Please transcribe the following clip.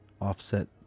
offset